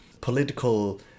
political